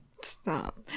stop